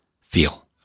feel